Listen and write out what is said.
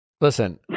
Listen